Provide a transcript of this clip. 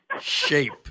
shape